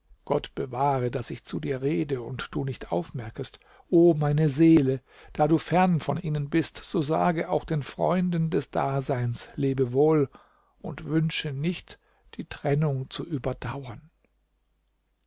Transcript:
gott bewahre daß ich zu dir rede und du nicht aufmerkest o meine seele da du fern von ihnen bist so sage auch den freunden des daseins lebewohl und wünsche nicht die trennung zu überdauern